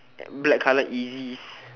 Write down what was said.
black colour yeezys